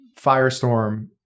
firestorm